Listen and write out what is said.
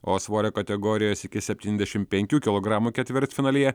o svorio kategorijos iki septyniasdešimt penkių kilogramų ketvirtfinalyje